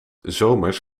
zomers